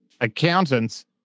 accountants